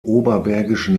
oberbergischen